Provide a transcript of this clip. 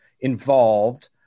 involved